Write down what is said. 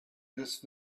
this